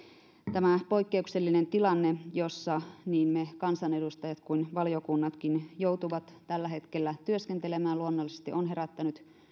tämä poikkeuksellinen tilanne jossa niin me kansanedustajat kuin valiokunnatkin joudumme tällä hetkellä työskentelemään luonnollisesti on herättänyt